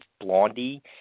Blondie